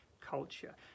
culture